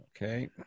Okay